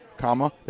Comma